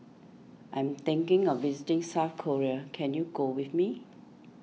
I am thinking of visiting South Korea can you go with me